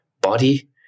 body